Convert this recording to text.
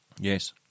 Yes